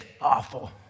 awful